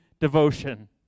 devotion